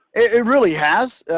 it really has.